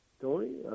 Tony